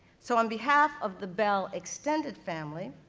so, on behalf of the bell extended family,